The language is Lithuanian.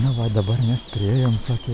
na va dabar mes priėjom tokią